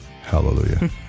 Hallelujah